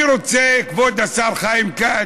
אני רוצה, כבוד השר חיים כץ,